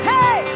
Hey